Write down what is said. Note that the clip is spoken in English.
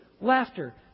laughter